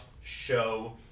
show